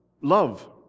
Love